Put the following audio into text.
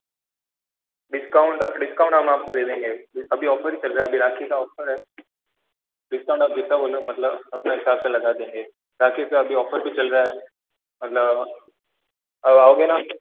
discount discount हम आपको दे देंगे अभी ऑफ़र भी चल रहा है अभी राखी का ऑफ़र है डिस्काउंट आप जितना बोलो मतलब अपने हिसाब से लगा देंगे राखी का अभी ऑफ़र भी चल रहा है मतलब आप आओगे ना